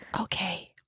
Okay